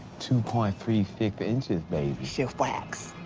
two point three six inches, baby. shifax.